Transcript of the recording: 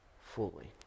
fully